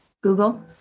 Google